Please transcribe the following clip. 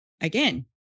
Again